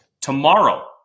tomorrow